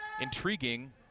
intriguing